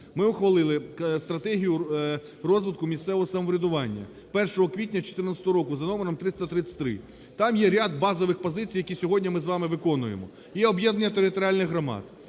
Ми ухвалили стратегію розвитку місцевого самоврядування 1 квітня 14-го року за номером 333. Там є ряд базових позицій, які сьогодні ми з вами виконуємо. І об'єднання територіальних громад,